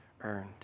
earned